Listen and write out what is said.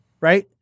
right